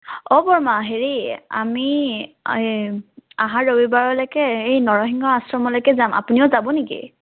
অ' বৰ্মা হেৰি আমি অহা ৰবিবাৰলৈকে এই নৰসিংহ আশ্ৰমলৈকে যাম আপুনিও যাব নেকি